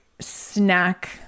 snack